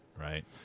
right